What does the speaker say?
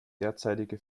derzeitige